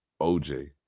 OJ